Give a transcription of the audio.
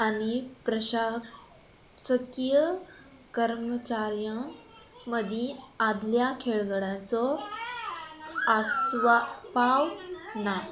आनी प्रशाकीय कर्मचार्यां मदीं आदल्या खेळगडाचो आसवा पाव ना